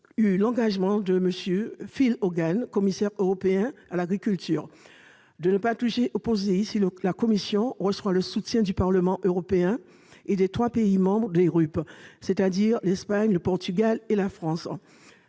l'engagement de M. Phil Hogan, commissaire européen à l'agriculture, de ne pas toucher au POSEI si la Commission reçoit le soutien du Parlement européen et des trois pays membres des RUP, l'Espagne, le Portugal et la France.